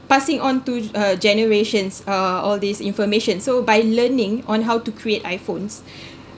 passing on to uh generations uh all these informations so by learning on how to create iphones